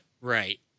right